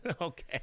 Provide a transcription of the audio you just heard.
Okay